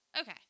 Okay